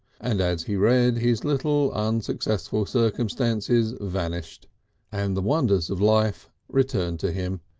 and as he read his little unsuccessful circumstances vanished and the wonder of life returned to him,